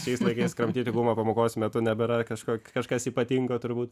šiais laikais kramtyti gumą pamokos metu nebėra kažkok kažkas ypatingo turbūt